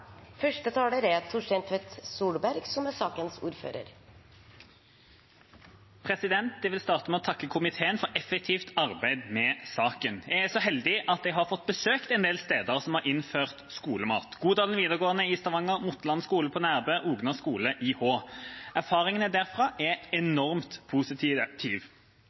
Jeg vil starte med å takke komiteen for effektivt arbeid med saken. Jeg er så heldig at jeg har fått besøke en del steder som har innført skolemat: Godalen videregående i Stavanger, Motland skule på Nærbø og Ogna skule i Hå. Erfaringene derfra er enormt positive.